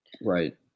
Right